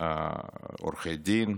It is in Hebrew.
עורכי דין,